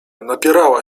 napierała